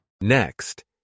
Next